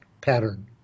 pattern